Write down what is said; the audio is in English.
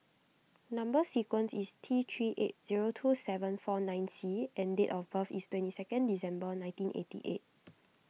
Number Sequence is T three eight zero two seven four nine C and date of birth is twenty second December nineteen eighty eight